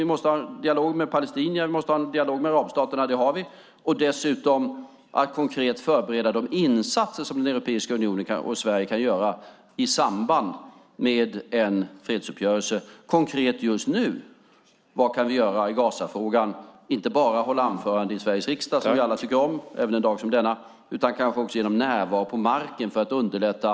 Vi måste ha en dialog med palestinierna och vi måste ha en dialog med arabstaterna, vilket vi också har. Dessutom gäller det att konkret förbereda de insatser som den europeiska unionen och Sverige kan göra i samband med en fredsuppgörelse konkret just nu. Vad kan vi göra i Gazafrågan? Det handlar inte bara om att hålla anföranden i Sveriges riksdag, som vi alla tycker om även en dag som denna, utan kanske också om närvaro på marken för att underlätta.